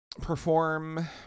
perform